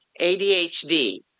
ADHD